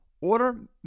Order